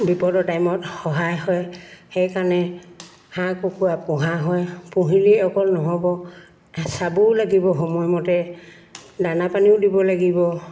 বিপদৰ টাইমত সহায় হয় সেইকাৰণে হাঁহ কুকুৰা পোহা হয় পুহিলেই অকল নহ'ব চাবও লাগিব সময়মতে দানা পানীও দিব লাগিব